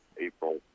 April